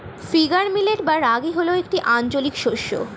finger millet বা রাগী হল একটি আঞ্চলিক শস্য